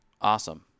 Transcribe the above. Awesome